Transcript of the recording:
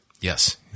Yes